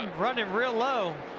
and running real low.